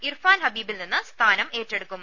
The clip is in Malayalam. ഇർഫാൻ ഹബീബിൽ നിന്ന് സ്ഥാനം ഏറ്റെടുക്കും